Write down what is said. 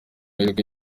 mahirwe